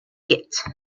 git